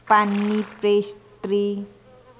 પાનની પેસ્ટ્રી